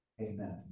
Amen